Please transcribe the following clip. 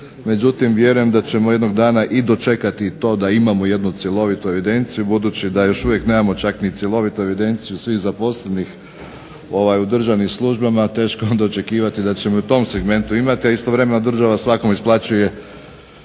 međutim vjerujem da ćemo jednog dana i dočekati to da imamo jednu cjelovitu evidenciju. Budući da još uvijek nemamo čak ni cjelovitu evidenciju svih zaposlenih u državnim službama teško je onda očekivati da ćemo i u tom segmentu imati. A istovremeno država svakom isplaćuje